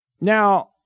Now